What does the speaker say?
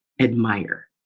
admire